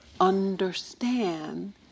understand